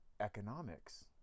economics